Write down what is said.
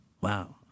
Wow